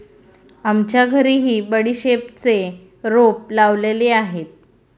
आमच्या घरीही बडीशेपचे रोप लावलेले आहे